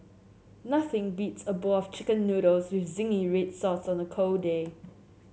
nothing beats a bowl of chicken noodles with zingy red sauce on a cold day